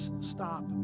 stop